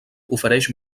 ofereix